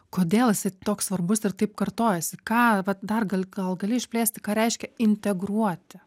kodėl jisai toks svarbus ir taip kartojasi ką vat dar gal gal gali išplėsti ką reiškia integruoti